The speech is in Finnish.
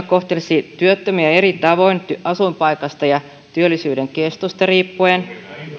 kohtelisi työttömiä eri tavoin asuinpaikasta ja työllisyyden kestosta riippuen